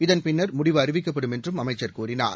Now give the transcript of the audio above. இதன்பின்னா் முடிவு அறிவிக்கப்படும் என்றும் அமைச்சர் கூறினார்